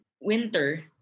winter